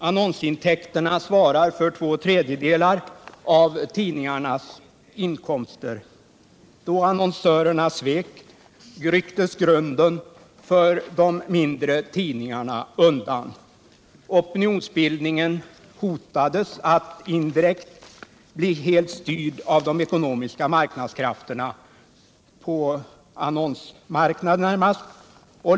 Annonsintäkterna svarar för två tredjedelar av tidningarnas inkomster. Då annonsörerna svek rycktes grunden för de mindre tidningarna undan. Opinionsbildningen hotade att indirekt bli helt styrd av de ekonomiska marknadskrafterna på annonsmarknaden.